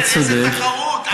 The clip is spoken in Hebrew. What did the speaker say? איזה תחרות?